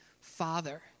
Father